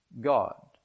God